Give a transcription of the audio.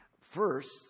First